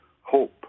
hope